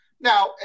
Now